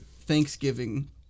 Thanksgiving